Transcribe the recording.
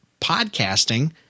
podcasting